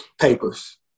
Papers